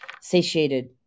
satiated